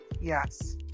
Yes